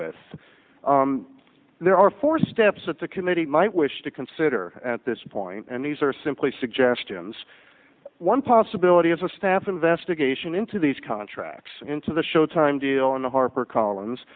with there are four steps that the committee might wish to consider at this point and these are simply suggestions one possibility is a staff investigation into these contracts into the showtime deal in the harper collins